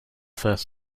first